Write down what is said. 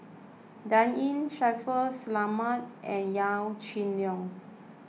Dan Ying Shaffiq Selamat and Yaw Shin Leong